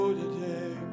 today